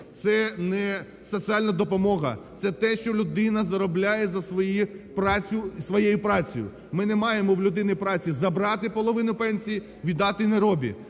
це не соціальна допомога, це те, що людина заробляє за свою працю, своєю працею, ми не маємо в людини праці забрати половину пенсії, віддати неробі.